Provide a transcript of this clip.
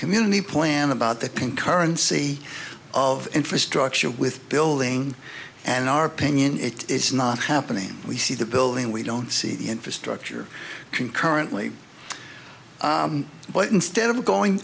community plan about the concurrency of infrastructure with building and our opinion it is not happening we see the building we don't see the infrastructure concurrently but instead of going